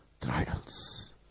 trials